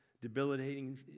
debilitating